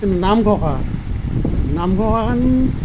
Namghosha নামঘোষাখন